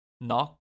Knock